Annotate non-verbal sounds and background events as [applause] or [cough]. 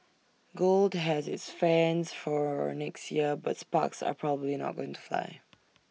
gold has its fans for next year but sparks are probably not going to fly [noise]